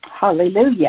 Hallelujah